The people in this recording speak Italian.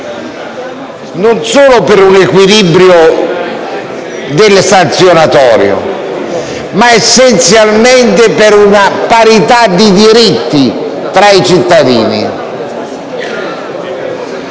non solo per un equilibrio sanzionatorio, ma essenzialmente per una parità di diritti tra i cittadini.